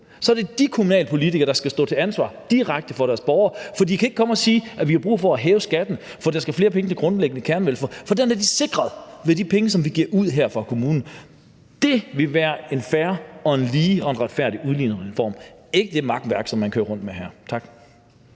Så er det de kommunalpolitikere, der skal stå til ansvar direkte over for deres borgere, for de kan ikke komme og sige, at de har brug for at hæve skatten, fordi der skal flere penge til grundlæggende kernevelfærd. For den er de sikret med de penge, som man giver ud fra kommunen. Det ville være en fair og en lige og en retfærdig udligningsreform – ikke det makværk, som man kører rundt med her. Tak.